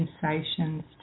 sensations